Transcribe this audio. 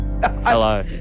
Hello